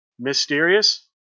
mysterious